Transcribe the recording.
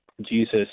Jesus